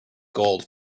gold